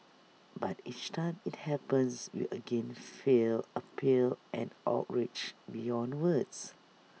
but each time IT happens we again feel appal and outrage beyond words